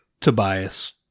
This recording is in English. Tobias